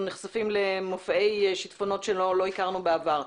נחשפים למופעי שיטפונות שלא הכרנו בעבר,